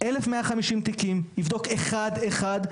1,150 תיקים יבדוק אחד-אחד,